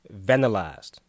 vandalized